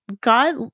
God